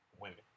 Women